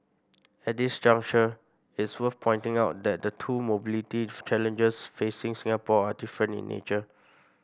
at this juncture it's worth pointing out that the two mobility challenges facing Singapore are different in nature